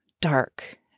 dark